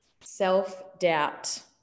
self-doubt